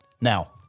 Now